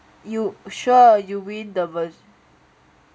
you sure you win the virgin